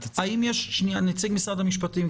נציג משרד המשפטים,